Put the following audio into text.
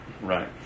Right